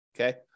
Okay